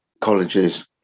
colleges